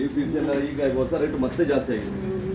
ರೈತರಿಗೆ ಯಾವ ಯಾವ ಬ್ಯಾಂಕ್ ಕೃಷಿಗೆ ಸಾಲದ ಸಹಾಯವನ್ನು ಮಾಡ್ತದೆ?